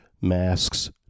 Masks